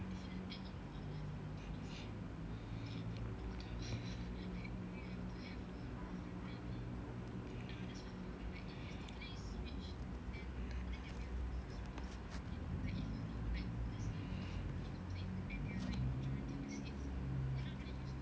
ya